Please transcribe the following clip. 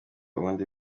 ubundi